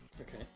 Okay